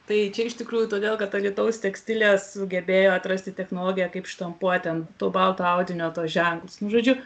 tai iš tikrųjų todėl kad alytaus tekstilė sugebėjo atrasti technologiją kaip štampuoti ant to balto audinio tuos ženklus nu žodžiu